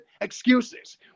excuses